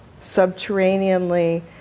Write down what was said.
subterraneanly